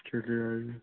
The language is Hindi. चलिए आइए